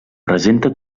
presenta